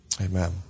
Amen